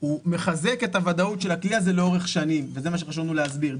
הוא מחזק את הוודאות של הכלי הזה לאורך שנים וזה מה שחשוב לנו להסביר.